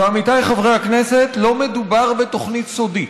ועמיתיי חברי הכנסת, לא מדובר בתוכנית סודית,